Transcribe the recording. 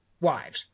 wives